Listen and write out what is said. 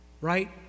right